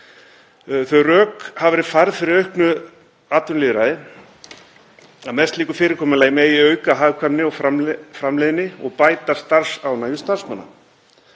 Þau rök hafa verið færð fyrir auknu atvinnulýðræði að með slíku fyrirkomulagi megi auka hagkvæmni og framleiðni og bæta starfsánægju starfsmanna.